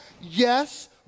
yes